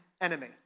enemy